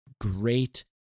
Great